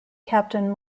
captain